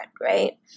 right